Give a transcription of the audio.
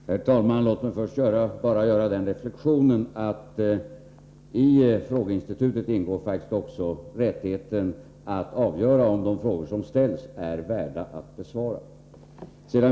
Herr talman! Låt mig först bara göra den reflexionen att det i frågeinstitutet faktiskt också ingår rättighet att avgöra om de frågor som ställs är värda att besvara.